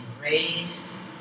raised